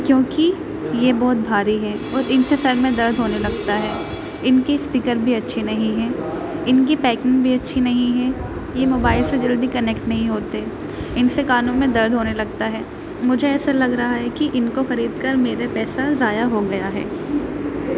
کیوںکہ یہ بہت بھاری ہے اور ان سے سر میں درد ہونے لگتا ہے ان کی اسپیکر بھی اچھی نہیں ہے ان کی پیکنگ بھی اچھی نہیں ہے یہ موبائل سے جلدی کنیکٹ نہیں ہوتے ان سے کانوں میں درد ہونے لگتا ہے مجھے ایسا لگ رہا ہے کہ ان کو خرید کر میرے پیسہ ضائع ہو گیا ہے